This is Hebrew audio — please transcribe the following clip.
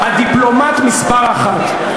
הדיפלומט מספר אחת.